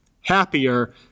happier